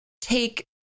take